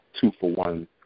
two-for-one